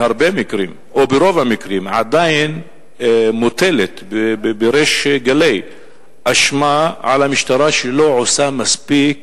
ברוב המקרים עדיין מוטלת בריש גלי אשמה על המשטרה שהיא לא עושה מספיק